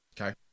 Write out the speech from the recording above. Okay